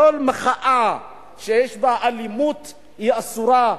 כל מחאה שיש בה אלימות היא אסורה,